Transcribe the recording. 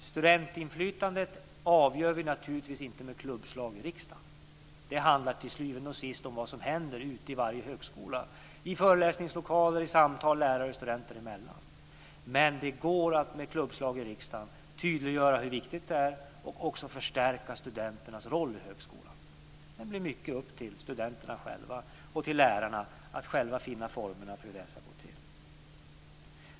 Studentinflytandet avgör vi naturligtvis inte med klubbslag i riksdagen. Det handlar till syvende och sist om vad som händer ute i varje högskola, i föreläsningslokaler, i samtal lärare och studenter emellan. Men det går att med klubbslag i riksdagen tydliggöra hur viktigt det är och också förstärka studenternas roll i högskolan. Sedan blir det mycket upp till studenterna själva och till lärarna att själva finna formerna för hur det här ska gå till.